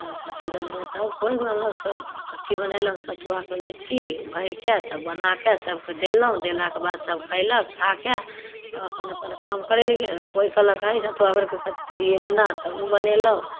तब कहलहुँ कथी बनेबै तब कोइ कहलक तब अथी बनेलहुँ सतुआके लिट्टी भरिके तब बनाके सभके देलहुँ देलाके बाद सभ खएलक खाके सब अपन अपन काम करैलए गेल कोइ कहलक हइ सतुआ भरिके पूड़िए बना तब ओ बनेलहुँ